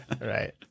Right